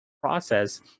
process